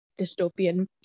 dystopian